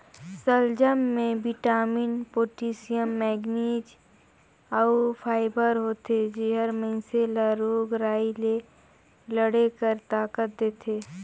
सलजम में vitamin, potassium, manganese अउ फाइबर होथे जेहर मइनसे ल रोग राई ले लड़े कर ताकत देथे